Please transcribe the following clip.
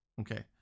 Okay